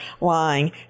lying